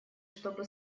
чтобы